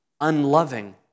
unloving